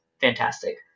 fantastic